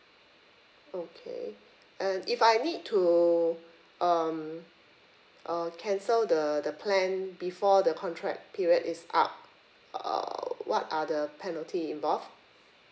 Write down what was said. okay and if I need to um uh cancel the the plan before the contract period is up err what are the penalty involved